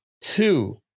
two